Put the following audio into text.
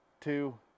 two